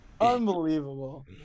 Unbelievable